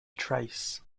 trace